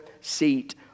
seat